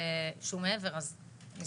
לשמוע.